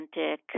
authentic